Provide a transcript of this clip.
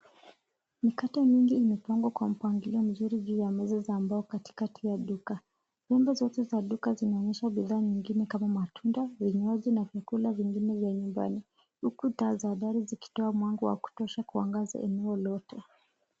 Mikate mingi imepangwa kwa mpangilio mzuri juu ya meza za mbao katikati ya duka. Nyumba zote za duka zinaonyesha bidhaa kama matunda, vinywaji na vyakula vingine vya nyumbani huku taa za dari zikitoa mwanga wa kutosha kuangaza eneo lote.